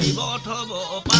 la but la